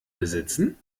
besitzen